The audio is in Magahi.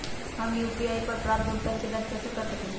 हम यू.पी.आई पर प्राप्त भुगतान के जाँच कैसे कर सकली ह?